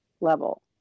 level